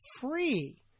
free